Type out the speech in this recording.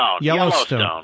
Yellowstone